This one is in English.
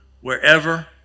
wherever